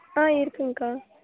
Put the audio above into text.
ஆ இருக்கும்கா